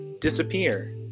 Disappear